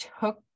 took